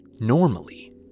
normally